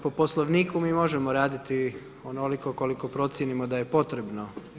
Po Poslovniku mi možemo raditi onoliko koliko procijenimo da je potrebno.